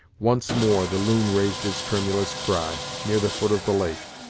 once more the loon raised his tremulous cry, near the foot of the lake,